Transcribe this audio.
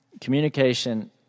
communication